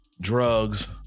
drugs